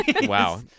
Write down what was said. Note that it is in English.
Wow